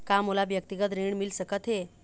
का मोला व्यक्तिगत ऋण मिल सकत हे?